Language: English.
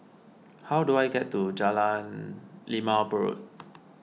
how do I get to Jalan Limau Purut